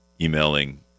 emailing